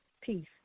Peace